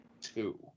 Two